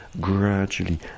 gradually